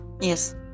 Yes